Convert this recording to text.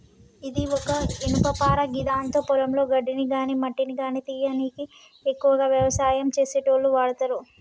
ఇది ఒక ఇనుపపార గిదాంతో పొలంలో గడ్డిని గాని మట్టిని గానీ తీయనీకి ఎక్కువగా వ్యవసాయం చేసేటోళ్లు వాడతరు